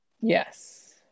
Yes